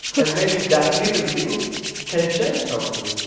and maybe that little thing can change something.